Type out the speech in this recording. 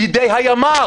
בידי הימ"ר